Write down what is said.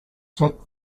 check